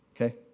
okay